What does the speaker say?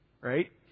right